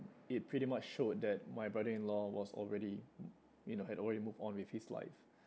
it pretty much showed that my brother-in-law was already m~ you know had already moved on with his life